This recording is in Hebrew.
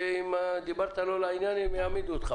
שאם דיברת לא לעניין הם יעמידו אותך.